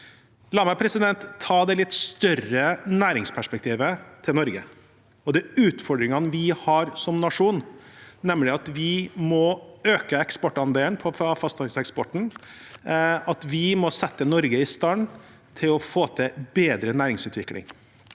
La meg ta det litt større næringsperspektivet til Norge og de utfordringene vi har som nasjon, nemlig at vi må øke eksportandelen for fastlandseksporten, at vi må sette Norge i stand til å få til bedre næringsutvikling.